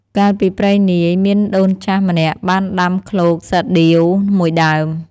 កាលពីព្រេងនាយ មានដូនចាស់ម្នាក់បានដាំឃ្លោកសាដៀវមួយដើម។